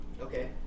Okay